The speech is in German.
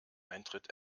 eintritt